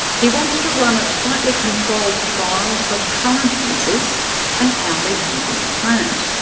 he wants to run a tightly controlled trial of current users and how they're using the plant.